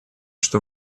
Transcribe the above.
что